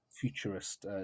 futurist